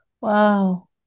Wow